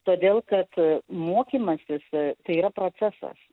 todėl kad mokymasis tai yra procesas